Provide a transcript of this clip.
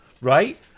right